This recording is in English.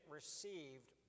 received